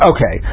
Okay